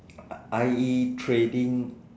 I trading